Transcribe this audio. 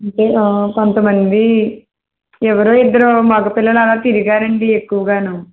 అంటే కొంతమంది ఎవరో ఇద్దరు మగపిల్లలు అలా తిరిగారండి ఎక్కువగాను